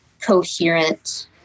coherent